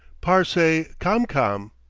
parsee kam-kam.